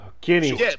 Kenny